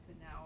now